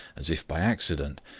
as if by accident,